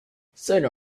sooner